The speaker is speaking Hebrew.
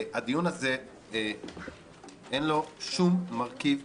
לדיון הזה אין שום מרכיב,